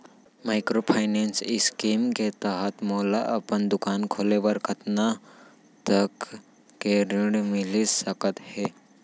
Microfinance scheme के तहत मोला अपन दुकान खोले बर कतना तक के ऋण मिलिस सकत हे?